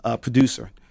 producer